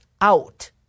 out